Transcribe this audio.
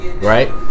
right